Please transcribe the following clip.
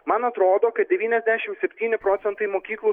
man atrodo kad devyniasdešimt septyni procentai mokyklų